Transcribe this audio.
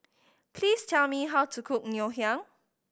please tell me how to cook Ngoh Hiang